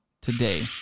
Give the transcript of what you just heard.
today